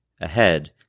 ahead